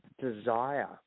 desire